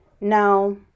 Now